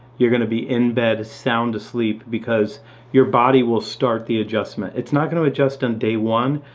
you're going to be in bed. sound asleep because your body will start the adjustment. it's not going to adjust on day one.